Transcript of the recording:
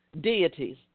deities